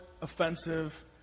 offensive